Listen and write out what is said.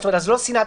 לא סיננת.